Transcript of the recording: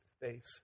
face